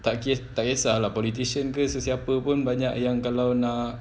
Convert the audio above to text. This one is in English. tak tak kesah lah politician ke sesiapa pun banyak yang kalau nak